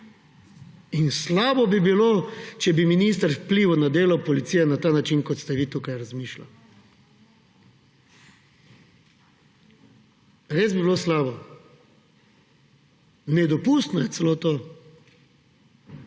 In slabo bi bilo, če bi minister vplival na delo policije na ta način, kot ste vi tukaj razmišljali. Res bi bilo slabo. Nedopustno je celo to.